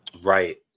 Right